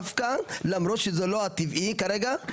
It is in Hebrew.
למרות שזה לא הטבעי כרגע,